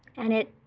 and it,